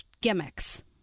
gimmicks